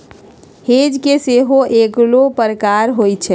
hedge के सेहो कएगो प्रकार होइ छै